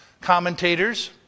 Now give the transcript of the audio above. commentators